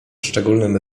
szczególnym